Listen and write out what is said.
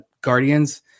guardians